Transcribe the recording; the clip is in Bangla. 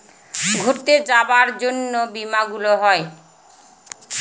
ঘুরতে যাবার জন্য বীমা গুলো হয়